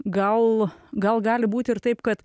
gal gal gali būti ir taip kad